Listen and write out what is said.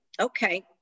okay